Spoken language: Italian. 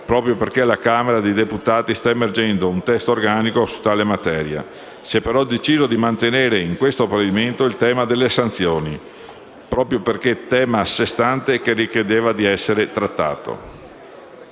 proprio perché alla Camera dei deputati sta emergendo un testo organico su questa materia. Si è però deciso di mantenere nel provvedimento in esame il tema delle sanzioni, proprio perché è a sé stante e necessitava di essere trattato.